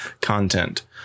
content